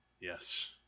Yes